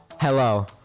Hello